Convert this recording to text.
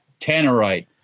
tannerite